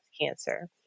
cancer